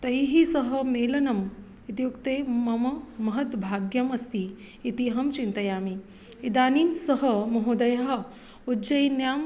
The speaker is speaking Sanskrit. तैः सह मेलनम् इत्युक्ते मम महत्भाग्यम् अस्ति इति अहं चिन्तयामि इदानीं सह महोदयः उज्जैन्याम्